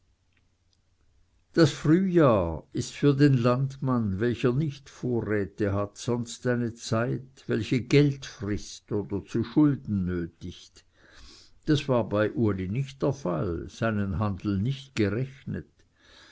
das frühjahr ist für den landmann welcher nicht vorräte hat sonst eine zeit welche geld frißt oder zu schulden nötigt das war bei uli nicht der fall seinen handel nicht gerechnet